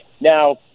Now